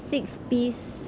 six piece